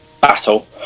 battle